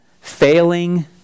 failing